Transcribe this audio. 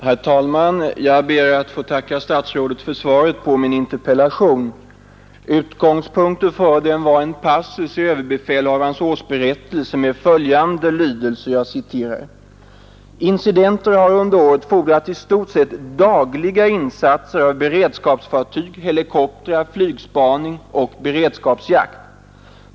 Herr talman! Jag ber att få tacka statsrådet för svaret på min interpellation. Utgångspunkten för interpellationen var en passus i överbefälhavarens årsberättelse med följande lydelse: ”Incidenter har under året fordrat i stort sett dagliga insatser av beredskapsfartyg, helikoptrar, flygspaning och beredskapsjakt.